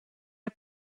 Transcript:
ina